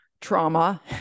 trauma